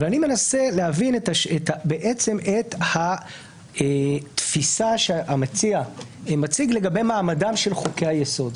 אבל אני מנסה להבין את התפיסה שהמציע מציג לגבי מעמדם של חוקי היסוד.